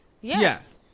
Yes